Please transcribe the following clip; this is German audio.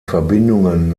verbindungen